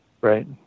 Right